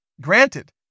Granted